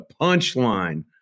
punchline